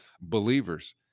believers